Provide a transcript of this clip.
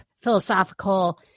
philosophical